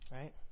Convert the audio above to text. right